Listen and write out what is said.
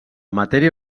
matèria